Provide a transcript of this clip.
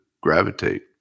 gravitate